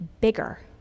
bigger